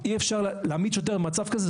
להעמיד שוטר במצב כזה,